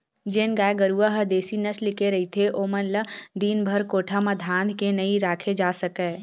जेन गाय गरूवा ह देसी नसल के रहिथे ओमन ल दिनभर कोठा म धांध के नइ राखे जा सकय